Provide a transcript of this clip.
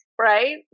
right